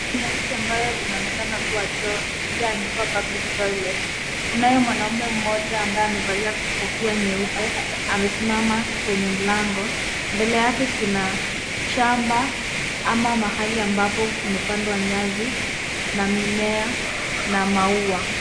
Chumba hiki ambayo inaonekana kuwa choo iliyoandikwa public toilet . Unayo mwanaume mmoja ambaye amevalia kofia nyeupe amesimama kwenye mlango, mbele yake kuna shamba ama mahali ambapo kumepandwa nyasi, na mimea na maua.